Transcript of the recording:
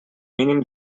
mínim